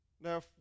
now